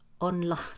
online